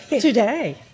Today